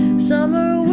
summer,